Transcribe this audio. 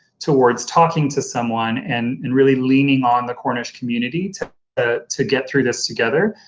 towards talking to someone and and really leaning on the cornish community to ah to get through this together,